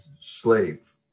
slave